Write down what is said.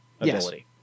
ability